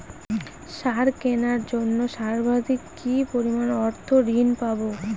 সার কেনার জন্য সর্বাধিক কি পরিমাণ অর্থ ঋণ পাব?